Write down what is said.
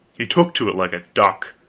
he took to it like a duck